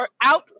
out